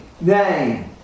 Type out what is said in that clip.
name